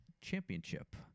championship